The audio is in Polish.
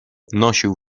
nosił